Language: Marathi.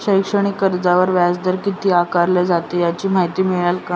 शैक्षणिक कर्जावर व्याजदर किती आकारला जातो? याची माहिती मिळेल का?